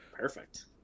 perfect